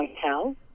hotel